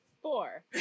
Four